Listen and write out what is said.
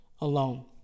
alone